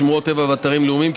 שמורות טבע ואתרים לאומיים,